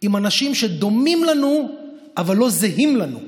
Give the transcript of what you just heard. מאנשים שדומים לנו אבל לא זהים לנו.